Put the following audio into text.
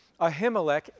Ahimelech